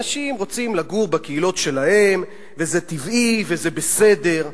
אנשים רוצים לגור בקהילות שלהם וזה טבעי וזה בסדר,